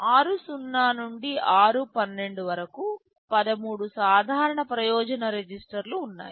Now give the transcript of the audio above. r0 నుండి r12 వరకు 13 సాధారణ ప్రయోజన రిజిస్టర్లు ఉన్నాయి